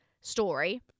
story